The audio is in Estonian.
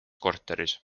korteris